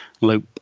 Luke